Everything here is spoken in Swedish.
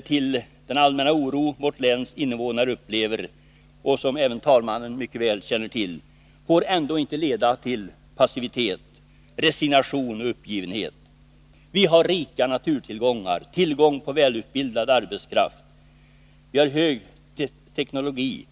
till den allmänna oro vårt läns innevånare upplever — och som även talmannen mycket väl känner till — ändå inte får leda till passivitet, resignation och uppgivenhet. Vi har rika naturtillgångar, tillgång på välutbildad arbetskraft, hög teknologi.